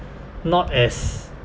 not as